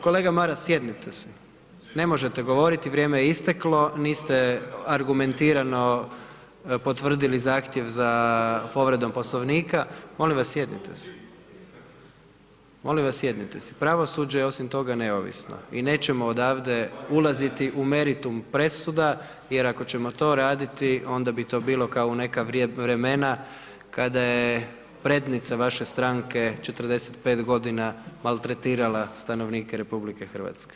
Kolega Maras sjednite si, ne možete govoriti, vrijeme je isteklo, niste argumentirano potvrdili zahtjev za povredom poslovnika, molim vas sjednite si, molim vas sjednite si, pravosuđe je osim toga neovisno i nećemo odavde ulaziti u meritum presuda jer ako ćemo to raditi onda bi to bilo kao u neka vremena kada je prednica vaše stranke 45.g. maltretirala stanovnike RH.